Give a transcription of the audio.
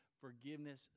forgiveness